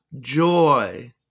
joy